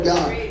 God